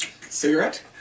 Cigarette